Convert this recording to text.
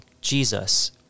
Jesus